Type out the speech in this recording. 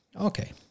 Okay